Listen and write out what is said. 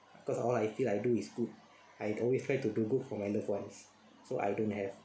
because all I feel I do is good I always try to do good for my loved ones so I don't have